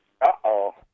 Uh-oh